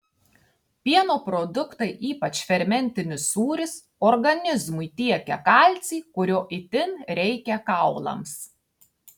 pieno produktai ypač fermentinis sūris organizmui tiekia kalcį kurio itin reikia kaulams